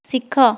ଶିଖ